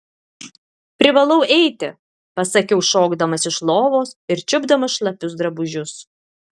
privalau eiti pasakiau šokdamas iš lovos ir čiupdamas šlapius drabužius